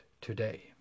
today